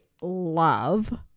love